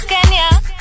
Kenya